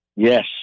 Yes